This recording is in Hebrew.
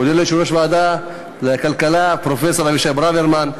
אני מודה ליושב-ראש ועדת הכלכלה פרופסור אבישי ברוורמן.